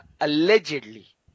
allegedly